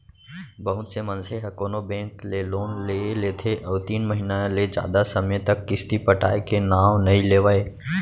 बहुत से मनसे ह कोनो बेंक ले लोन ले लेथे अउ तीन महिना ले जादा समे तक किस्ती पटाय के नांव नइ लेवय